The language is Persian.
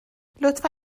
لطفا